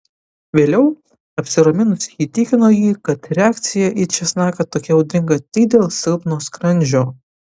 vėliau apsiraminusi įtikino jį kad reakcija į česnaką tokia audringa tik dėl silpno skrandžio